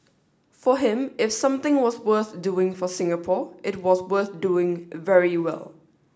for him if something was worth doing for Singapore it was worth doing very well